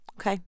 Okay